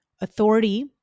authority